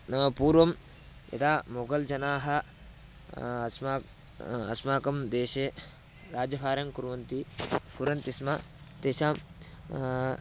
नाम पूर्वं यदा मुगल् जनाः अस्मा अस्माकं देशे राज्यभारं कुर्वन्ति कुर्वन्ति स्म तेषां